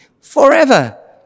forever